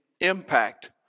impact